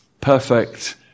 perfect